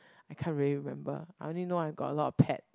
I can't really remember I only know I got a lot of pet